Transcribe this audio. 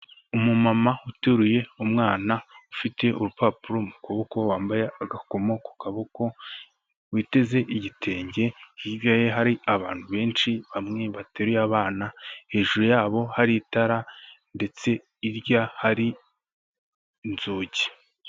Umumama uteruye umwana ufite urupapuro mu kuboko wambaye agakomo ku kaboko, witeze igitenge, hirya ye hari abantu benshi bamwe bateruye abana, hejuru yabo hari itara ndetse hirya hari inzugi.